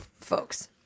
folks